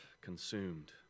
consumed